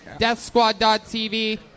DeathSquad.tv